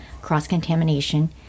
cross-contamination